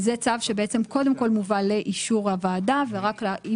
זה צו שקודם כל מובא לאישור הוועדה ורק אם